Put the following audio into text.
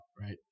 Right